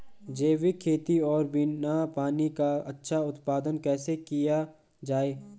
जैविक खेती और बिना पानी का अच्छा उत्पादन कैसे किया जाए?